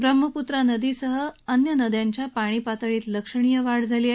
ब्रह्मपुत्रा नदीसह अन्य नद्यांच्या पाणी पातळीत लक्षणीय वाढ झाली आहे